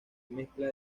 mezcla